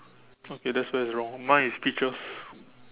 okay that's where is wrong mine is peaches